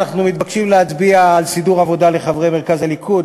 אנחנו מתבקשים להצביע על סידור עבודה לחברי מרכז הליכוד